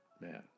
man